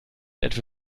etwa